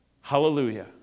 Hallelujah